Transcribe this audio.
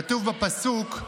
כתוב בפסוק: